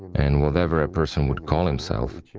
and whatever a person would call himself,